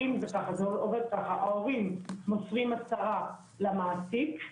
ההורים מוסרים הצהרה למעסיק.